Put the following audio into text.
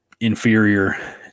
inferior